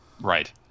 Right